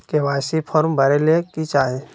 KYC form भरे ले कि चाही?